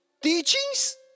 teachings